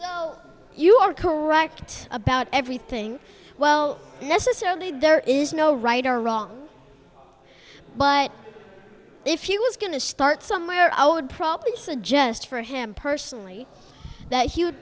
so you are correct about everything well yes asserted there is no right or wrong but if you was going to start somewhere i would probably suggest for him personally that he would